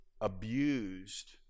abused